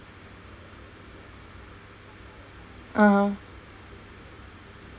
(uh huh)